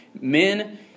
Men